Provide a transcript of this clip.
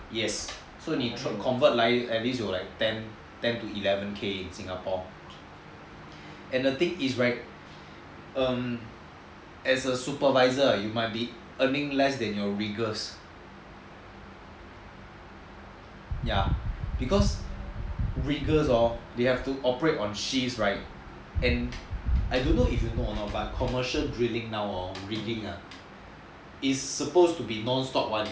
yes so 你 convert 来 at least 有 like ten eleven K singapore and the thing is right um as a supervisor you might be earning less than your rangers ya because rangers hor they have to operate on shifts right and I don't know if you know or not but commercial drilling now hor is supposed to be non stop one eh cause